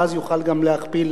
ואז יוכל גם להכפיל